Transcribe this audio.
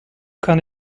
kann